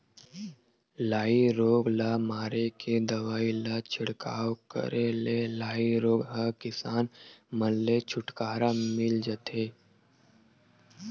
लाई रोग ल मारे के दवई ल छिड़काव करे ले लाई रोग ह किसान मन ले छुटकारा मिल जथे